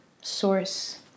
source